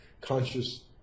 conscious